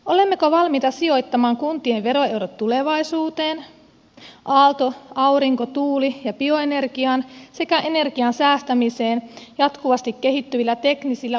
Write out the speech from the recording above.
olemmeko valmiita sijoittamaan kuntien veroeurot tulevaisuuteen aalto aurinko tuuli ja bioenergiaan sekä energian säästämiseen jatkuvasti kehittyvillä teknisillä uudistuksilla